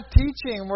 teaching